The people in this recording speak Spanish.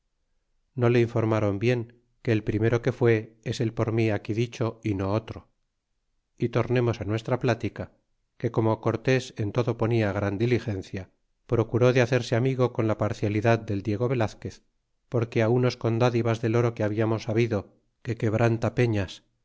no le informron bien que el primero que fue es el por mi aquí dicho y no otro y tornemos á nuestra plática que como cortes en todo ponia gran diligencia procure de hacerse amigo con la parcialidad del diego velazquez porque unos con dádivas del oro que habiamos habido que quebranta perlas